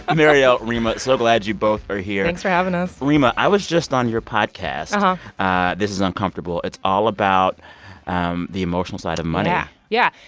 ah marielle, reema, so glad you both are here thanks for having us reema, i was just on your podcast and ah this is uncomfortable. it's all about um the emotional side of money yeah. yeah.